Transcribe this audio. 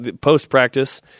post-practice